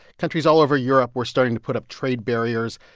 countries all over europe were starting to put up trade barriers,